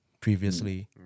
previously